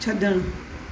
छड॒णु